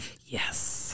yes